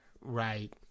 Right